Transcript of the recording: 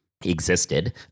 existed